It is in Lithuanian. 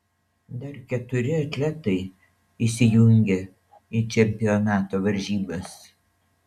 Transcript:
dar keturi atletai įsijungia į čempionato varžybas